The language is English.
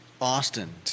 Austin